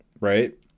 right